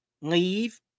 leave